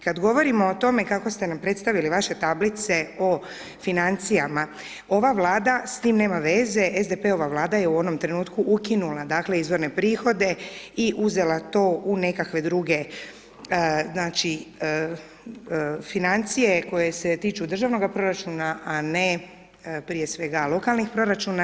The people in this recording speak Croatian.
Kad govorimo o tome kako ste nam predstavili vaše tablice o financijama, ova Vlada s tim nema veze, SDP-ova Vlada je u onom trenutku ukinula, dakle, izvorne prihode i uzela to u nekakve druge, znači, financije koje se tiču državnog proračuna, a ne prije svega, lokalnih proračuna.